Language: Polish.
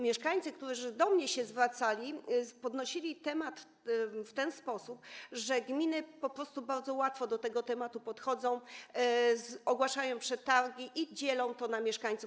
Mieszkańcy, którzy do mnie się zwracali, podnosili temat w ten sposób, że gminy po prostu z dużą łatwością do tego tematu podchodzą, ogłaszają przetargi i dzielą to na mieszkańców.